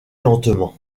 lentement